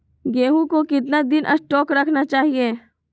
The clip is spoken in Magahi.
गेंहू को कितना दिन स्टोक रखना चाइए?